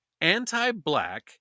anti-black